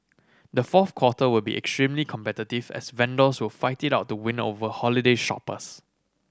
the fourth quarter will be extremely competitive as vendors will fight it out to win over holiday shoppers